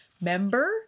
member